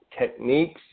techniques